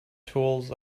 tools